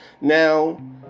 Now